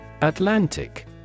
Atlantic